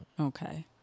okay